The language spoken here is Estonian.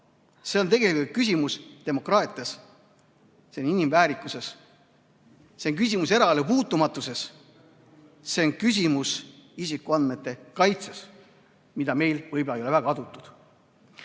See on tegelikult küsimus demokraatiast, inimväärikusest, küsimus eraelu puutumatusest. See on küsimus isikuandmete kaitsest, mida meil võib-olla ei ole väga adutud.